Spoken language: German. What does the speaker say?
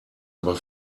aber